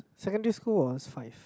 secondary school was five